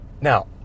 Now